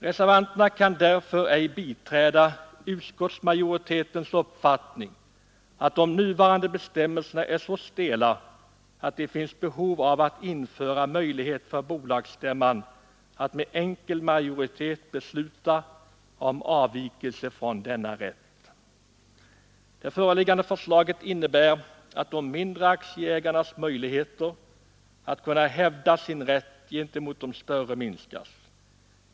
Reservanterna kan därför inte biträda utskottsmajoritetens uppfattning att de nuvarande bestämmelserna är så stela att det finns behov av att införa möjlighet för bolagsstämman att med enkel majoritet besluta om avvikelse från denna rätt. Det föreliggande förslaget innebär att de mindre aktieägarnas möjligheter att kunna hävda sin rätt gentemot de större minskas.